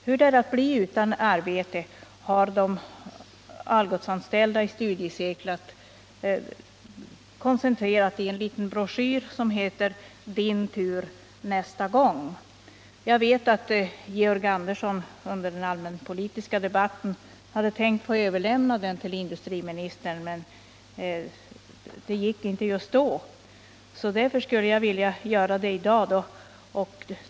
Hur det är att bli utan arbete har de Algotsanställda i studiecirklar koncentrerat i liten broschyr, som heter Din tur nästa gång. Jag vet att Georg Andersson under den allmänpolitiska debatten hade tänkt överlämna denna till industriministern, men det gick inte just då. Därför skulle jag vilja göra det i dag.